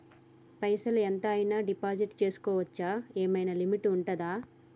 పైసల్ ఎంత అయినా డిపాజిట్ చేస్కోవచ్చా? ఏమైనా లిమిట్ ఉంటదా?